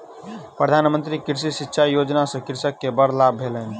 प्रधान मंत्री कृषि सिचाई योजना सॅ कृषक के बड़ लाभ भेलैन